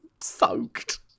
soaked